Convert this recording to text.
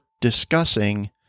discussing